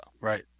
Right